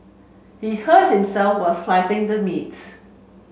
he hurt himself while slicing the meats